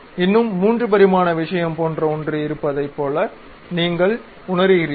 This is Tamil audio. இன்னும் 3 பரிமாண விஷயம் போன்ற ஒன்று இருப்பதைப் போல நீங்கள் உணருகிறீர்கள்